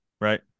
right